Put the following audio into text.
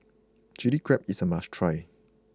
Chilli Crab is a must try